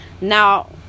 now